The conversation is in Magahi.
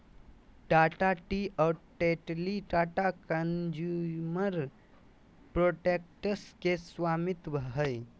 टाटा टी और टेटली टाटा कंज्यूमर प्रोडक्ट्स के स्वामित्व हकय